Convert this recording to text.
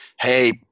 hey